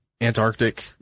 Antarctic